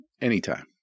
anytime